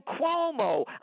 Cuomo